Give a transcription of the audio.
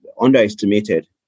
underestimated